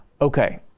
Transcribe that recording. okay